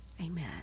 Amen